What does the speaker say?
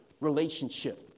relationship